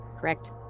Correct